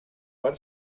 per